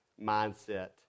mindset